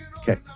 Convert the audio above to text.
okay